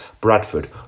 Bradford